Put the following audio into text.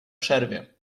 przerwie